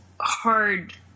hard